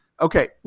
Okay